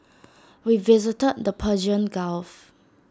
we visited the Persian gulf